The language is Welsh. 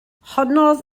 honnodd